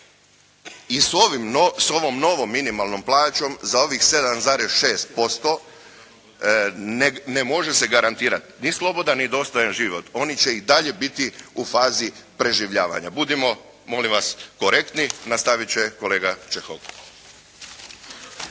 I s ovom novom minimalnom plaćom za ovih 7,6% ne može se garantirati ni slobodan ni dostojan život. Oni će i dalje biti u fazi preživljavanja. Budimo molim vas korektni. Nastavit će kolega Čehok.